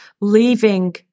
leaving